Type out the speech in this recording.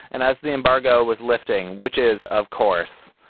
and as the embargo was lifting, which is, of course,